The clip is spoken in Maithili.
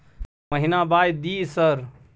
महीना बाय दिय सर?